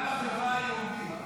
גם בחברה היהודית.